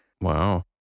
wow